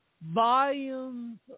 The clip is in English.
volumes